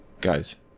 guys